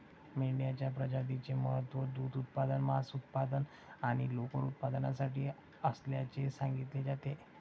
मेंढ्यांच्या प्रजातीचे महत्त्व दूध उत्पादन, मांस उत्पादन आणि लोकर उत्पादनासाठी असल्याचे सांगितले जाते